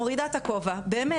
באמת,